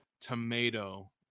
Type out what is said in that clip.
tomato